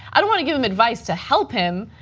i don't want to give him advice to help him,